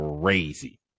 crazy